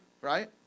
Right